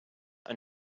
are